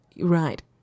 Right